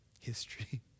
history